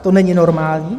To není normální.